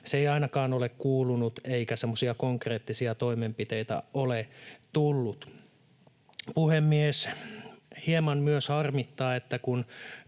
ei ainakaan ole kuulunut eikä semmoisia konkreettisia toimenpiteitä ole tullut. Puhemies! Hieman myös harmittaa, että kun